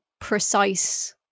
precise